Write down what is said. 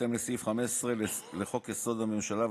בהתאם לסעיף 15 לחוק-יסוד: הממשלה,